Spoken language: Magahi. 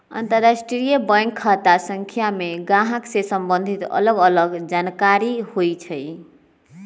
अंतरराष्ट्रीय बैंक खता संख्या में गाहक से सम्बंधित अलग अलग जानकारि होइ छइ